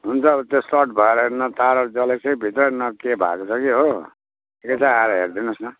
हुन्छ अब त्यो सट भएर न तारहरू जलेको छ कि भित्र न के भएको छ कि हो यता आएर हेरिदिनु होस् न